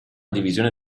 divisione